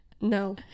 No